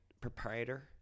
proprietor